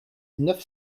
neuf